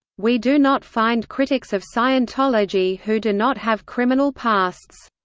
we do not find critics of scientology who do not have criminal pasts.